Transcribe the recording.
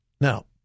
Now